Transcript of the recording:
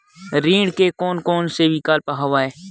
ऋण के कोन कोन से विकल्प हवय?